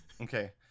Okay